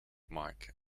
mike